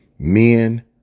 Men